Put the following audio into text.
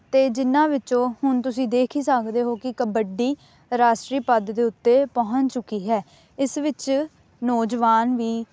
ਅਤੇ ਜਿਹਨਾਂ ਵਿੱਚੋਂ ਹੁਣ ਤੁਸੀਂ ਦੇਖ ਹੀ ਸਕਦੇ ਹੋ ਕਿ ਕਬੱਡੀ ਰਾਸ਼ਟਰੀ ਪਦ ਦੇ ਉੱਤੇ ਪਹੁੰਚ ਚੁੱਕੀ ਹੈ ਇਸ ਵਿੱਚ ਨੌਜਵਾਨ ਵੀ